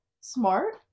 Smart